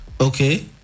Okay